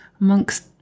amongst